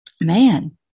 man